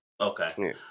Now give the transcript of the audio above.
okay